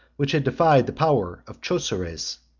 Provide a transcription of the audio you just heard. which had defied the power of chosroes,